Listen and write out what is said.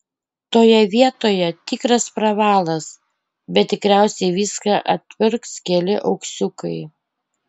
toje vietoje tikras pravalas bet tikriausiai viską atpirks keli auksiukai